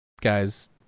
guys